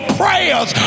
prayers